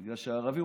בגלל שערבי,